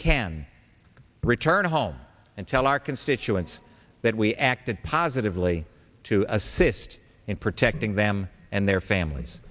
can return home and tell our constituents that we acted positively to assist in protecting them and their families